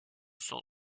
son